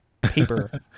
paper